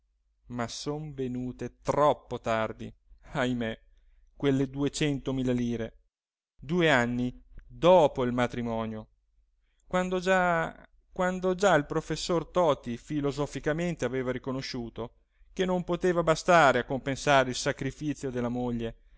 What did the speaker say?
ma son venute troppo tardi ahimè quelle duecentomila lire due anni dopo il matrimonio quando già quando già il professor toti filosoficamente aveva riconosciuto che non poteva bastare a compensare il sacrifizio della moglie